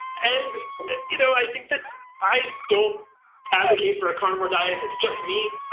and you know i think that i don't advocate for a carnivore diet, that's just me.